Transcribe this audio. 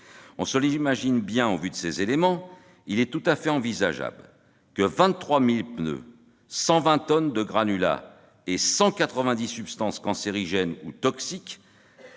On se l'imagine bien au vu de ces éléments : il est tout à fait envisageable que 23 000 pneus, 120 tonnes de granulats et 190 substances cancérigènes ou toxiques,